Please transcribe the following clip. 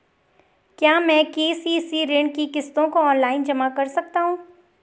क्या मैं के.सी.सी ऋण की किश्तों को ऑनलाइन जमा कर सकता हूँ?